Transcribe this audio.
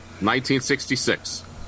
1966